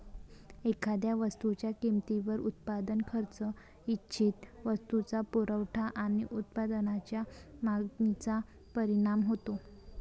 एखाद्या वस्तूच्या किमतीवर उत्पादन खर्च, इच्छित वस्तूचा पुरवठा आणि उत्पादनाच्या मागणीचा परिणाम होतो